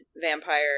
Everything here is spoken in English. vampire